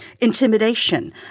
intimidation